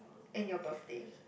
and your birthday